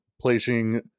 placing